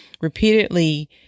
repeatedly